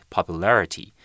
Popularity